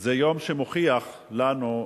זה יום שמוכיח לנו,